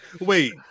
Wait